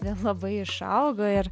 vėl labai išaugo ir